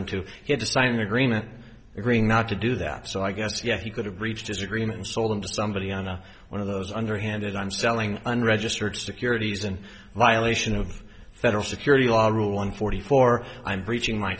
him to sign an agreement agreeing not to do that so i guess yes he could have breached his agreement sold him to somebody on a one of those underhanded i'm selling unregistered securities and violation of federal security law rule one forty four i'm preaching my